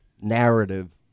narrative